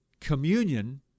communion